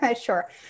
Sure